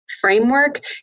framework